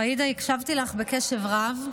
עאידה, הקשבתי לך בקשב רב.